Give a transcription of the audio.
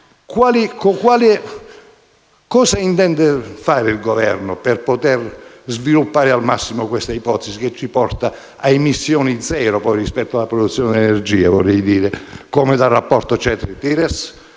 cosa intende fare il Governo per poter sviluppare al massimo questa ipotesi che ci porta a emissioni zero rispetto alla produzione di energia, come da rapporto CETRI-TIRES.